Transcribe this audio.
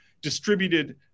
distributed